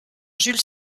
jules